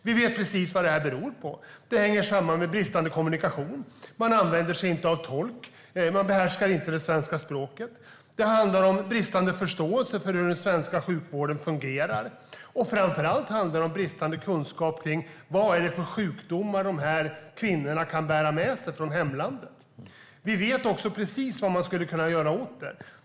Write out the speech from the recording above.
Vi vet precis vad detta beror på. Det hänger samman med bristande kommunikation. Man använder sig inte av tolk. Man behärskar inte svenska språket. Det handlar om bristande förståelse för hur den svenska sjukvården fungerar. Framför allt handlar det om bristande kunskap om vilka sjukdomar dessa kvinnor kan bära med sig från hemlandet. Vi vet också precis vad man kan göra åt detta.